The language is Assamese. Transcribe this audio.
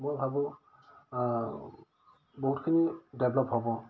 মই ভাবোঁ বহুতখিনি ডেভলপ হ'ব